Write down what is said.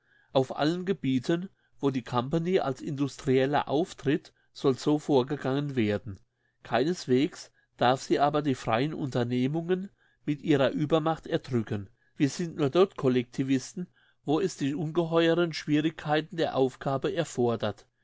auf allen gebieten wo die company als industrieller auftritt soll so vorgegangen werden keineswegs darf sie aber die freien unternehmungen mit ihrer uebermacht erdrücken wir sind nur dort collectivisten wo es die ungeheuren schwierigkeiten der aufgabe erfordern